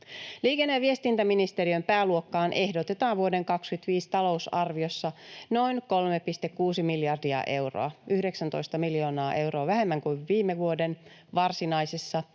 Liikenne‑ ja viestintäministeriön pääluokkaan ehdotetaan vuoden 25 talousarviossa noin 3,6 miljardia euroa, 19 miljoonaa euroa vähemmän kuin viime vuoden varsinaisessa,